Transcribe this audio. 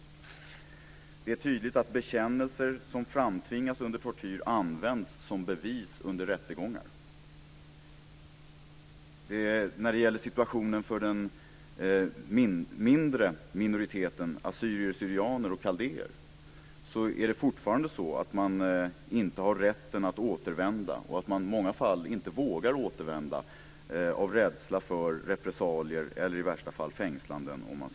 Det är tydligt att bekännelser som framtvingas under tortyr används som bevis under rättegångar. När det gäller situationen för den mindre minoriteten assyrier/syrianer och kaldéer är det fortfarande så att de inte har rätt att återvända, och i många fall vågar de inte återvända till Turkiet av rädsla för repressalier eller i värsta fall fängslanden.